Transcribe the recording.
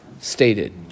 stated